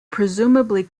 presumably